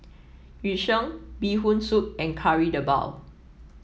Yu Sheng Bee Hoon Soup and Kari Debal